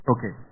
Okay